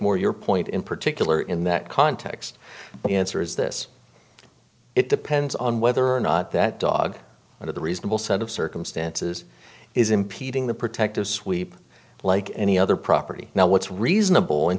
more your point in particular in that context but answer is this it depends on whether or not that dog under the reasonable set of circumstances is impeding the protective sweep like any other property now what's reasonable in